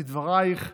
כדברייך,